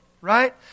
right